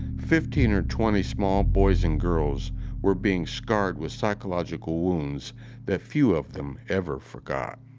fifteen or twenty small boys and girls were being scarred with psychological wounds that few of them ever forgot